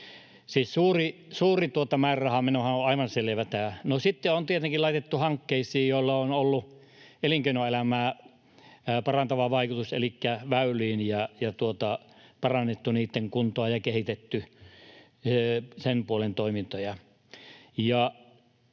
suuri määrärahamenohan on aivan selvä asia. Sitten on tietenkin laitettu rahaa hankkeisiin, joilla on ollut elinkeinoelämää parantava vaikutus, elikkä väyliin: parannettu niitten kuntoa ja kehitetty sen puolen toimintoja.